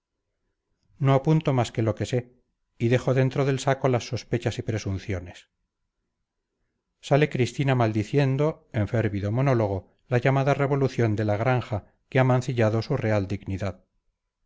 no apunto más que lo que sé y dejo dentro del saco las sospechas y presunciones sale cristina maldiciendo en férvido monólogo la llamada revolución de la granja que ha mancillado su real dignidad